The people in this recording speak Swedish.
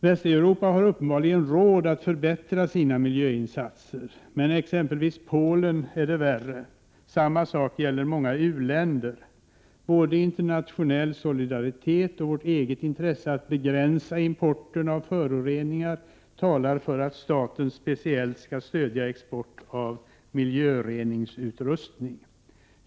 Västeuropa har uppenbarligen råd att förbättra sina miljöinsatser, men i exempelvis Polen är det värre. Samma sak gäller många u-länder. Både den internationella solidariteten och vårt eget intresse att begränsa importen av föroreningar talar för att staten speciellt skall stödja exporten av miljöreningsutrustning.